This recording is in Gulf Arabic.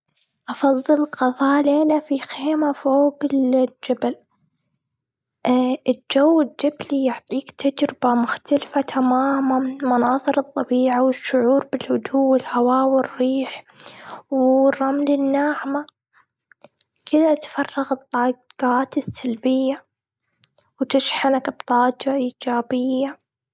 أفضل قضاء في خيمه فوق الجبل. الجو الجبلي يعطيك تجربه مختلفة تماماً، مناظر الطبيعة والشعور بالهدوء والهواء والريح والرمل الناعمة، كذا تفرغ الطاقات السلبية، وتشحن بطاقة ايجابية.